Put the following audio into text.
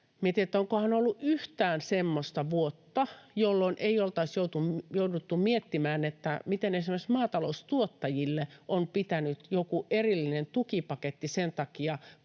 mietin, onkohan ollut yhtään semmoista vuotta, jolloin ei oltaisi jouduttu miettimään, miten esimerkiksi maataloustuottajille on pitänyt joku erillinen tukipaketti koota sen takia,